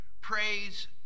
praise